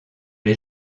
les